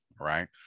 right